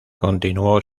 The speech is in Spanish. continuó